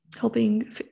helping